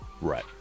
Right